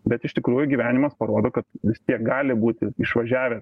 bet iš tikrųjų gyvenimas parodo kad vis tiek gali būti išvažiavęs